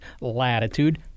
latitude